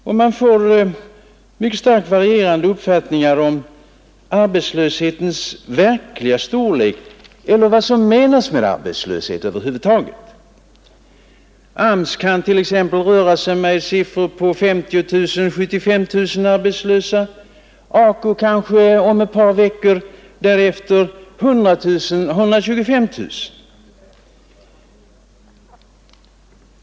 Man får mycket starkt varierande uppfattningar om arbetslöshetens verkliga storlek eller om vad som menas med arbetslöshet över huvud taget. AMS kan t.ex. röra sig med siffror på 50 000-75 000 arbetslösa, AKU ett par veckor därefter med 100 000-125 000.